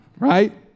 Right